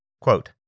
Quote